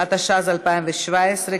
התשע"ז 2017,